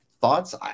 thoughts